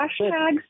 hashtags